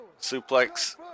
Suplex